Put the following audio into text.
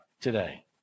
today